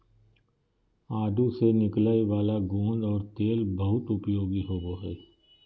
आडू से निकलय वाला गोंद और तेल बहुत उपयोगी होबो हइ